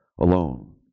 alone